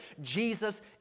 Jesus